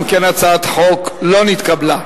אם כן, הצעת החוק לא נתקבלה.